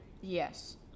yes